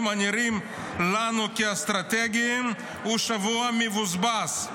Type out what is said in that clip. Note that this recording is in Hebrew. הנראים לנו כאסטרטגיים הוא שבוע מבוזבז.